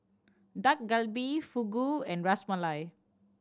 Dak Galbi Fugu and Ras Malai